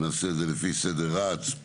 נעשה את זה לפי סדר רץ,